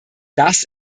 das